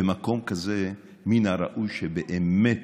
במקום כזה מן הראוי שבאמת